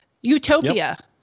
Utopia